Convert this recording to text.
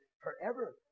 forever